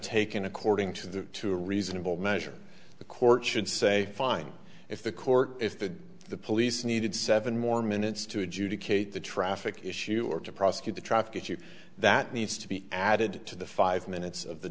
taken according to the to a reasonable measure the court should say fine if the court if the police needed seven more minutes to adjudicate the traffic issue or to prosecute the traffic issue that needs to be added to the five minutes of the